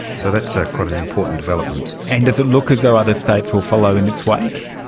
so that's ah quite an important development. and does it look as though other states will follow in its wake?